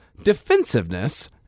defensiveness